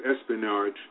espionage